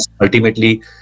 ultimately